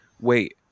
Wait